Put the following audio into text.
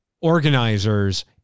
organizers